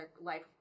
Life